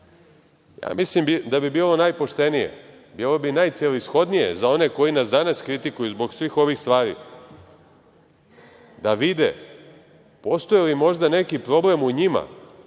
tako. Mislim da bi bilo najpoštenije, najcelishodnije za one koji nas danas kritikuju zbog svih ovih stvari, da vide postoji li možda neki problem u njima,